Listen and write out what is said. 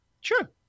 Sure